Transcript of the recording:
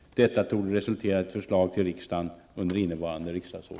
Detta torde resultera i ett förslag till riksdagen under innevarande riksdagsår.